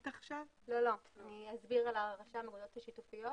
אני אסביר בקצרה על רשם האגדות השיתופיות